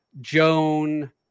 Joan